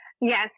Yes